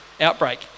outbreak